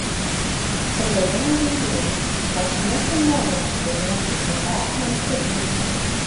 evelina gailėjosi kad nesumojo pasirengti beprasmiam sėdėjimui